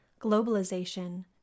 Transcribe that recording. globalization